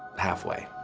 halfway.